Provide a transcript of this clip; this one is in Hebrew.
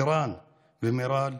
טירן ומיראל,